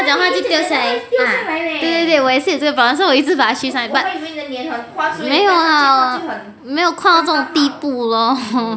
它就会掉下来啊对对对我也是有这个 problem so 我一直把它 shift 上来 but 没有啦没有宽到这种地步咯